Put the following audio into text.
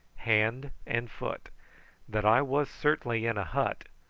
hand and foot that i was certainly in a hut,